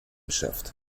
schafft